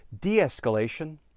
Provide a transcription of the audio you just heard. De-escalation